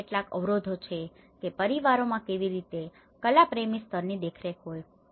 ત્યાં કેટલાક અવરોઘો છે કે પરિવારોમાં કેવી રીતે કલાપ્રેમી સ્તરની દેખરેખ હોય છે